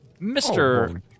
Mr